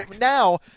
now